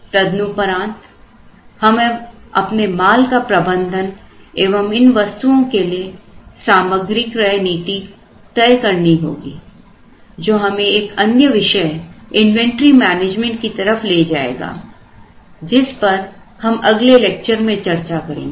तदुपरांतहमें अपने माल का प्रबंधन एवं इन वस्तुओं के लिए सामग्री क्रय नीति तय करनी होगी जो हमें एक अन्य विषय इन्वेंटरी मैनेजमेंट की तरफ ले जाएगा जिस पर हम अगले लेक्चर में चर्चा करेंगे